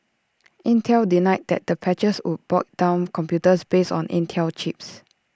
Intel denied that the patches would bog down computers based on Intel chips